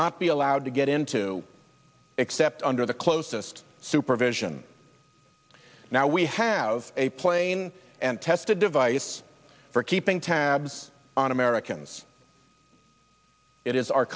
not be allowed to get into except under the closest supervision now we have a plain and tested device for keeping tabs on americans it is our